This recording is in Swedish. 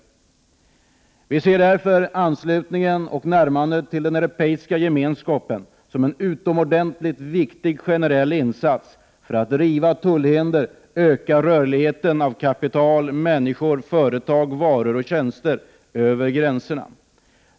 Vi moderater ser därför anslutningen och närmandet till den europeiska gemenskapen som en utomordentligt viktig generell insats för att riva tullhinder, öka rörligheten av kapital, människor, företag, varor och tjänster över gränserna.